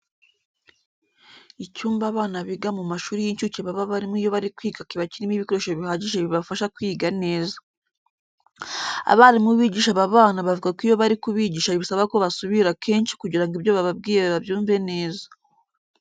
Icyumba abana biga mu mashuri y'incuke baba barimo iyo bari kwiga kiba kirimo ibikoresho bihagije bibafasha kwiga neza. Abarimu bigisha aba bana bavuga ko iyo bari kubigisha bisaba ko basubira kenshi kugira ngo ibyo bababwiye babyumve neza.